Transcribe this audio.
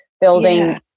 building